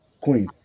Queen